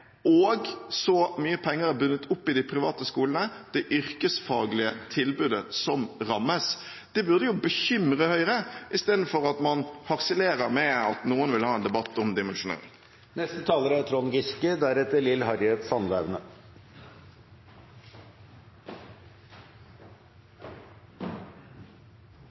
og så mye penger er bundet opp i de private skolene, det yrkesfaglige tilbudet som rammes. Det burde bekymre Høyre. I stedet harselerer man med at noen vil ha en debatt om